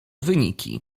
wyniki